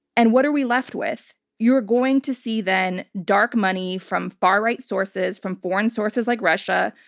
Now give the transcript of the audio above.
and what are we left with? you're going to see, then, dark money from far right sources, from foreign sources like russia,